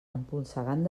empolsegant